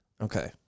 Okay